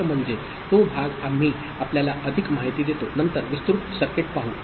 तर म्हणजे तो भाग आम्ही आपल्याला अधिक माहिती देतो नंतर विस्तृत सर्किट पाहू